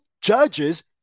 judges